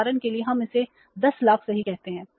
उदाहरण के लिए हम इसे 10 लाख सही कहते हैं